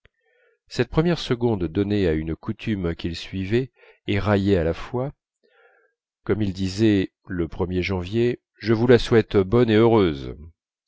cette première seconde donnée à une coutume qu'il suivait et raillait à la fois comme il disait le premier janvier je vous la souhaite bonne et heureuse